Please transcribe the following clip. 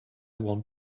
want